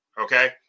Okay